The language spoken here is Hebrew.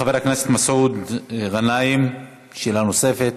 חבר הכנסת מסעוד גנאים, שאלה נוספת.